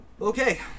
Okay